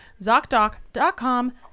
ZocDoc.com